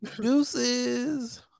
deuces